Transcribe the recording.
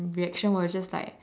reaction was just like